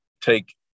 take